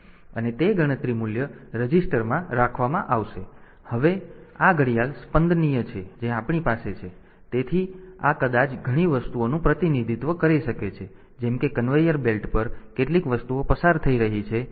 તેથી અને તે ગણતરી મૂલ્ય રજીસ્ટરમાં રાખવામાં આવશે હવે આ ઘડિયાળ સ્પંદનીય છે જે આપણી પાસે છે તેથી આ કદાચ ઘણી વસ્તુઓનું પ્રતિનિધિત્વ કરી શકે છે જેમ કે કન્વેયર બેલ્ટ પર કેટલીક વસ્તુઓ પસાર થઈ રહી છે